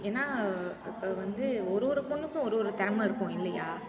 ஏன்னா இப்போ வந்து ஒரு ஒரு பெண்ணுக்கும் ஒரு ஒரு திறம இருக்கும் இல்லையா